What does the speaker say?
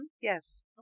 Yes